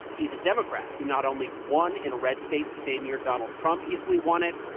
he's a democrat who not only won in a red state the same year donald trump easily won it,